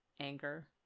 anger